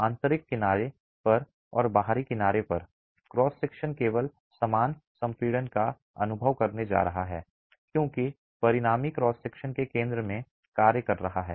आंतरिक किनारे पर और बाहरी किनारे पर क्रॉस सेक्शन केवल समान संपीड़न का अनुभव करने जा रहा है क्योंकि परिणामी क्रॉस सेक्शन के केंद्र में कार्य कर रहा है